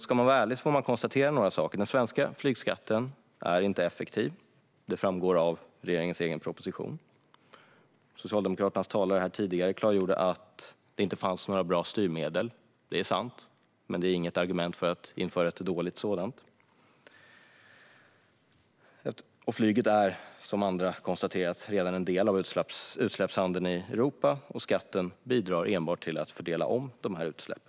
Ska man vara ärlig får man konstatera några saker: Den svenska flygskatten är inte effektiv. Det framgår av regeringens egen proposition. Socialdemokraternas talare klargjorde här tidigare att det inte finns några bra styrmedel. Det är sant, men det är inget argument att införa ett dåligt sådant. Flyget är, som andra har konstaterat, redan en del av utsläppshandeln i Europa, och skatten bidrar enbart till att fördela om dessa utsläpp.